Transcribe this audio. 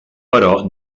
però